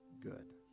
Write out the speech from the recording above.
good